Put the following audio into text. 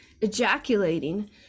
ejaculating